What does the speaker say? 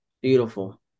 Beautiful